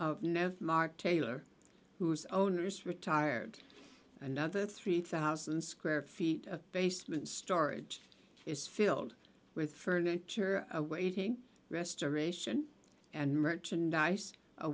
mark taylor whose owner is retired another three thousand square feet of basement storage is filled with furniture awaiting restoration and merchandise